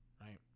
right